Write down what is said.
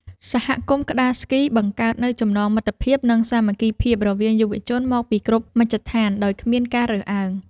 សហគមន៍ក្ដារស្គីបង្កើតនូវចំណងមិត្តភាព និងសាមគ្គីភាពរវាងយុវជនមកពីគ្រប់មជ្ឈដ្ឋានដោយគ្មានការរើសអើង។